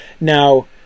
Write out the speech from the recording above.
Now